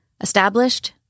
established